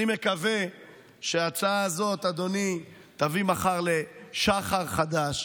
אדוני, אני מקווה שההצעה הזאת תביא מחר לשחר חדש,